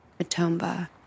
Matomba